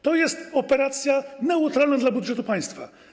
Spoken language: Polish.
To jest operacja neutralna dla budżetu państwa.